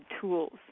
tools